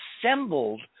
assembled